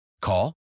Call